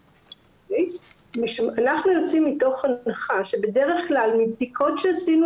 אנחנו יוצאים מתוך הנחה שבדרך כלל מבדיקות שעשינו